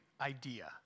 idea